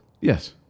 Yes